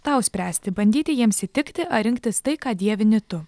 tau spręsti bandyti jiems įtikti ar rinktis tai ką dievini tu